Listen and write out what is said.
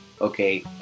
okay